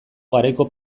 garaiko